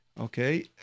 okay